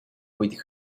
with